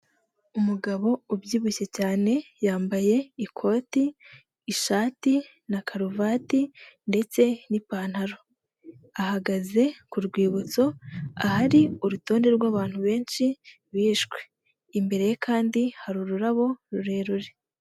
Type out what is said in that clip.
Umugabo ubyibushye cyane, yambaye ikote, ishati na karuvati ndetse n'ipantaro. Ahagaze ku rwibutso, ahari urutonde rwabantu benshi bishwe. Imbere ye kandi hari ururabo rurerure.